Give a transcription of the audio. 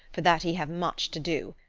for that he have much to do.